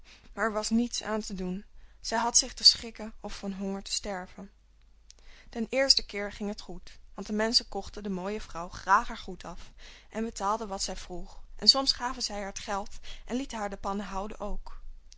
er was niet aan te doen zij had zich te schikken of van honger te sterven den eersten keer ging het goed want de menschen kochten de mooie vrouw graag haar goed af en betaalden wat zij vroeg en soms gaven zij haar het geld en lieten haar de pannen houden ook